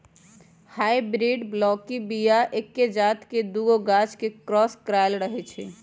hybrid बलौकीय बीया एके जात के दुगो गाछ के क्रॉस कराएल रहै छै